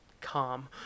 calm